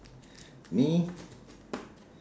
me